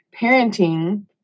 parenting